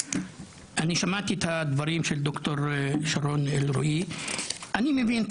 שמעתי את הדברים של ד"ר שרון אלרעי ואני מבין את